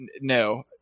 No